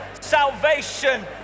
salvation